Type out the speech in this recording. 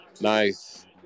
Nice